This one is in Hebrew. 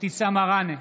אבתיסאם מראענה,